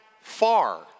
far